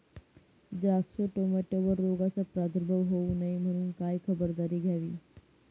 द्राक्ष, टोमॅटोवर रोगाचा प्रादुर्भाव होऊ नये म्हणून काय खबरदारी घ्यावी?